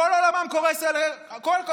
כל עולמם קורס עליהם.